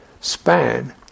span